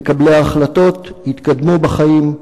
מקבלי ההחלטות התקדמו בחיים.